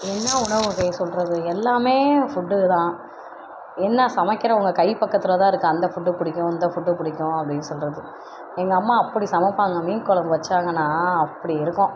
என்ன உணவு வகையை சொல்கிறது எல்லாம் ஃபுட்டு தான் என்ன சமைக்கிறவங்க கைப்பக்குவத்தில் தான் இருக்குது அந்த ஃபுட்டு பிடிக்கும் இந்த ஃபுட்டு பிடிக்கும் அப்படின்னு சொல்கிறது எங்கள் அம்மா அப்படி சமைப்பாங்க மீன்குழம்பு வச்சாங்கனா அப்படி இருக்கும்